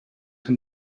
him